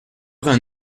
vingt